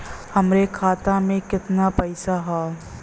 हमरे खाता में कितना पईसा हौ?